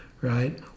Right